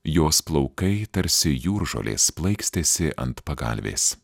jos plaukai tarsi jūržolės plaikstėsi ant pagalvės